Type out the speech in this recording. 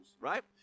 right